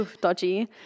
dodgy